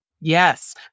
Yes